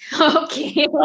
Okay